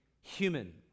human